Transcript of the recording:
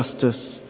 justice